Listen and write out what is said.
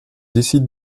décide